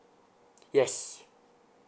yes